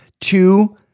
Two